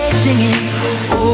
singing